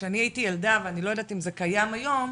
כשאני הייתי ילדה אני לא יודעת אם זה קיים היום,